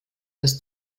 das